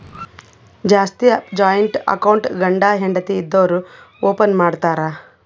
ಜಾಸ್ತಿ joint account ಗಂಡ ಹೆಂಡತಿ ಇದ್ದೋರು ಓಪನ್ ಮಾಡ್ತಾರ್